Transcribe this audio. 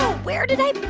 ah where did i put